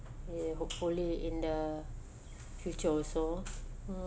ya hopefully in the future also